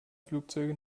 flugzeuge